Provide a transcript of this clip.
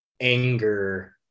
anger